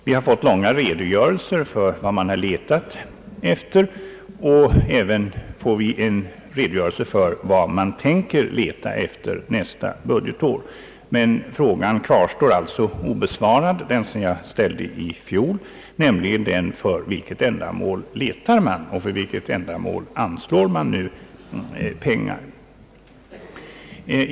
Vi har fått långa redogörelser för vad man har letat efter och även en redogörelse för vad man tänker leta efter nästa budgetår. Men den fråga som jag ställde i fjol kvarstår obesvarad, nämligen för vilket ändamål man letar och för vilket ändamål man anslår pengar.